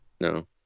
No